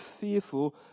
fearful